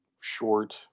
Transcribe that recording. short